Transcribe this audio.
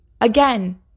again